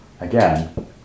Again